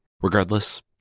Regardless